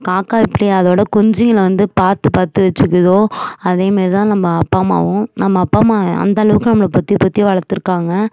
காக்கா எப்படி அதோட குஞ்சுகளை வந்து பார்த்துப் பார்த்து வச்சிக்குதோ அதே மேரி தான் நம்ம அப்பா அம்மாவும் நம்ம அப்பா அம்மா அந்த அளவுக்கு நம்மளை பொத்திப் பொத்தி வளர்த்துருக்காங்க